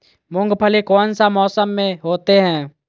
मूंगफली कौन सा मौसम में होते हैं?